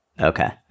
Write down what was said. Okay